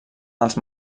els